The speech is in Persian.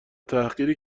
تحقیر